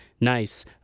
nice